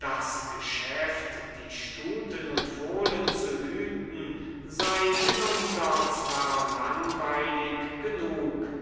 das geschäft die stuten und fohlen zu hüten sei mitunter zwar langweilig genug